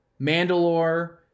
Mandalore